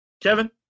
Kevin